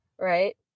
right